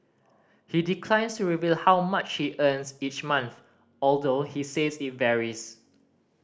he declines to reveal how much he earns each month although he says it varies